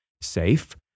safe